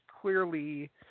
clearly